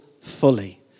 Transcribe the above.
fully